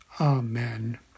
Amen